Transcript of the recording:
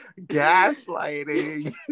gaslighting